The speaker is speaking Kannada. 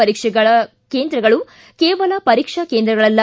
ಪರೀಕ್ಷೆಗಳ ಕೇಂದ್ರಗಳು ಕೇವಲ ಪರೀಕ್ಷಾ ಕೇಂದ್ರಗಳಲ್ಲ